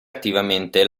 attivamente